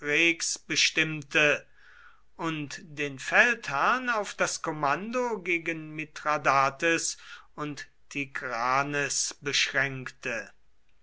bestimmte und den feldherrn auf das kommando gegen mithradates und tigranes beschränkte